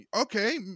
okay